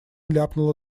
ляпнула